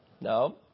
No